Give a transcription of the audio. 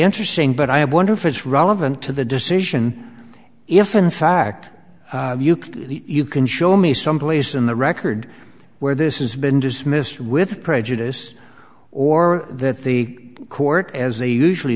interesting but i wonder if it's relevant to the decision if in fact you can you can show me some place in the record where this is been dismissed with prejudice or that the court as they usually